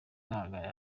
kagaragaye